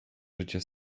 życie